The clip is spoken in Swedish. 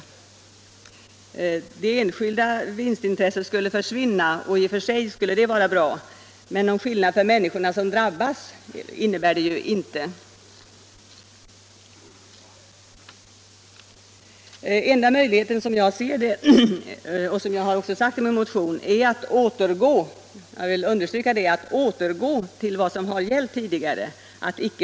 Det enskilda vinstintresset skulle försvinna — och i och för sig skulle det vara bra — men någon skillnad för de människor som drabbas innebär det ju inte.